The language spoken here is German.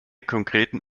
konkreten